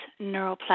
neuroplasticity